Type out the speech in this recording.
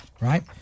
right